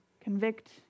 convict